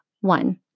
One